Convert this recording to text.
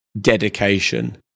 Dedication